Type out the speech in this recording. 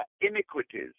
iniquities